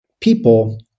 people